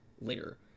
later